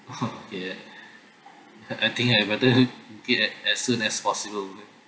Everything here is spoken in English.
okay I think I better get it as soon as possible is it